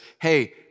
hey